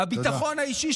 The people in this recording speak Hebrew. תודה.